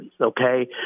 okay